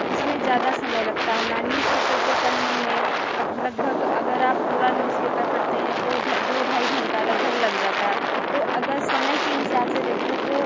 उसमें ज़्यादा समय लगता है हमारे न्यूज़पेपर को पढ़ने में अब लगभग अगर आप पूरा न्यूज़पेपर पढ़ते हैं तो दो ढाई घंटा लगभग लग जाता है तो अगर समय के हिसाब से देखें तो